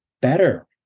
better